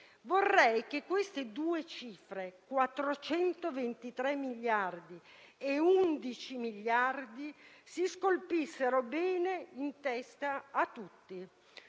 Vorrei che queste due cifre, 423 miliardi e 11 miliardi, si scolpissero bene nella testa di tutti